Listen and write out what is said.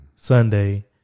Sunday